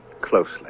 Closely